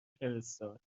فرستاد